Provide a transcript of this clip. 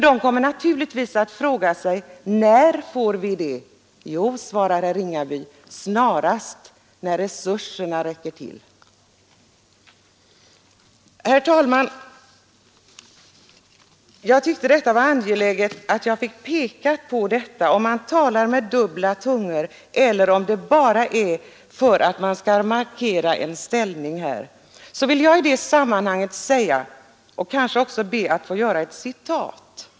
De kommer naturligtvis att fråga: När får vi vår pension? Jo, svarar herr Mundebo, så snart resurserna räcker till. Herr talman! Jag tyckte att det var angeläget att jag fick peka på detta. Antingen man nu talar med dubbla tungor eller bara vill markera en särställning, så ber jag att få anföra ett citat.